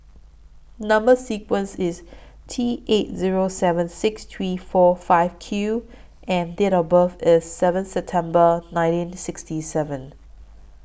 Number sequence IS T eight Zero seven six three four five Q and Date of birth IS seventh September nineteen sixty seven